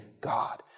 God